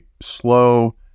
slow